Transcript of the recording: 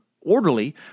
orderly